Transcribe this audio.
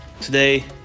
today